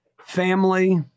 family